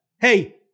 Hey